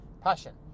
passion